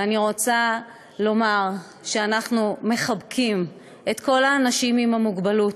ואני רוצה לומר שאנחנו מחבקים את כל האנשים עם המוגבלות,